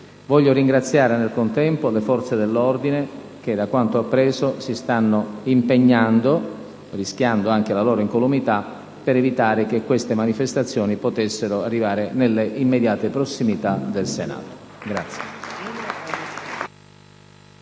Voglio ringraziare nel contempo le forze dell'ordine che, da quanto ho appreso, si stanno impegnando, rischiando anche la loro incolumità, per evitare che queste manifestazioni possano arrivare nelle immediate prossimità del Senato.